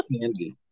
candy